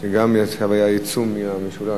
שעכשיו היה ייצוא מיוחד מהמשולש.